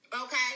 Okay